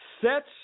sets